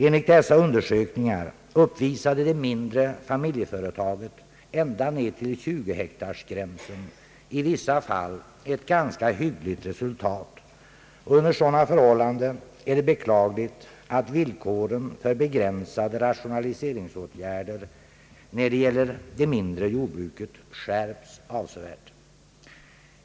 Enligt dessa undersökningar uppvisade det mindre familjeföretaget ända ned till 20-hektarsgränsen i vissa fall ett ganska hyggligt resultat. Under sådana förhållanden är det beklagligt att villkoren för begränsade rationaliseringsåtgärder när det gäller det mindre jordbruket har skärpts i vissa avseenden.